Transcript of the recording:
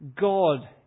God